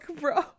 bro